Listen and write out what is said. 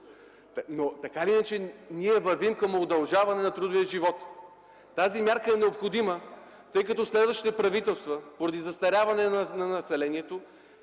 Така или иначе ние вървим към удължаване на трудовия живот. Тази мярка е необходима, тъй като следващите правителства, поради застаряване на населението,